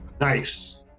nice